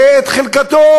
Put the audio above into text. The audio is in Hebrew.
ואת חלקתו,